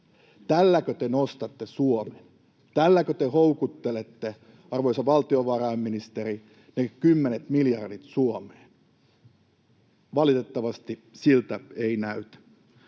Tälläkö te nostatte Suomen? Tälläkö te houkuttelette, arvoisa valtiovarainministeri, ne kymmenet miljardit Suomeen? Valitettavasti siltä ei näytä.